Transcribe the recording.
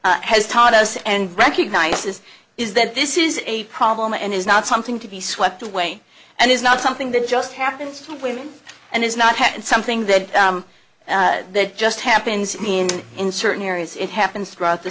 act has taught us and recognizes is that this is a problem and is not something to be swept away and is not something that just happens to women and is not something that that just happens i mean in certain areas it happens throughout the